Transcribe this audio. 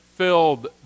filled